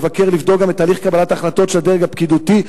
מהמבקר לבדוק גם את הליך קבלת ההחלטות של הדרג הפקידותי,